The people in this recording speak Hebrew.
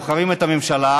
בוחרים את הממשלה,